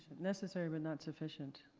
necessarily but not sufficient.